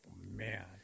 man